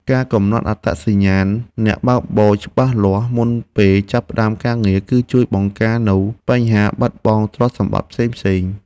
ការកំណត់អត្តសញ្ញាណអ្នកបើកបរច្បាស់លាស់មុនពេលចាប់ផ្ដើមការងារ គឺជួយបង្ការនូវបញ្ហាបាត់បង់ទ្រព្យសម្បត្តិផ្សេងៗ។